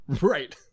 right